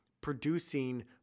producing